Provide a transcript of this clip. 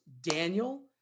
Daniel